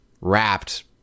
wrapped